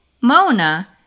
Mona